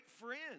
friends